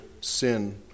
sin